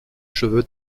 cheveux